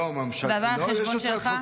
זה עבר על חשבון שלך?